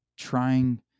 Trying